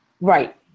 Right